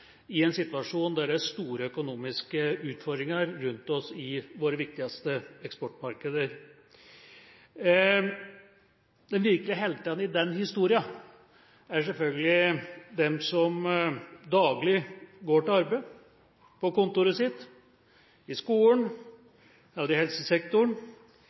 i en situasjon der det er store økonomiske utfordringer rundt oss i våre viktigste eksportmarkeder. De virkelige heltene i den historien er selvfølgelig dem som daglig går til arbeid på kontoret sitt, i skolen, i helsesektoren,